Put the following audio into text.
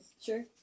Sure